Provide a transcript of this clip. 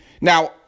Now